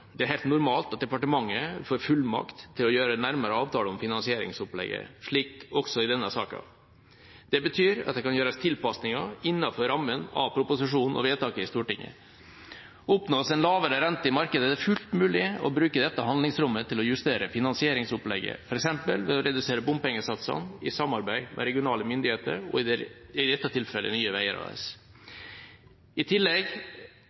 Det er helt normalt at departementet får fullmakt til å gjøre nærmere avtale om finansieringsopplegget, slik også i denne saken. Det betyr at det kan gjøres tilpasninger innenfor rammen av proposisjonen og vedtaket i Stortinget. Oppnås en lavere rente i markedet, er det fullt mulig å bruke dette handlingsrommet til å justere finansieringsopplegget, f.eks. ved å redusere bompengesatsene i samarbeid med regionale myndigheter og i dette tilfellet Nye Veier AS. I tillegg